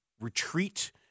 retreat